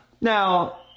Now